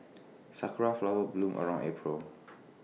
Sakura Flowers bloom around April